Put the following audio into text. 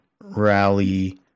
rally